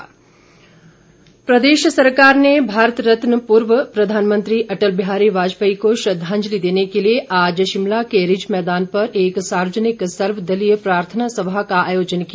प्रार्थना सभा प्रदेश सरकार ने भारत रत्न पूर्व प्रधानमंत्री अटल बिहारी वाजपेयी को श्रद्वांजलि देने के लिए आज शिमला के रिज मैदान पर एक सार्वजनिक सर्वदलीय प्रार्थना सभा का आयोजन किया